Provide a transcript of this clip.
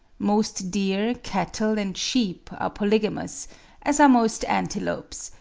most deer, cattle, and sheep are polygamous as are most antelopes,